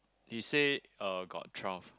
he say uh got twelve